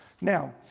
Now